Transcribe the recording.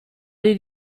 did